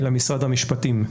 אלא משרד המשפטים,